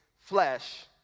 flesh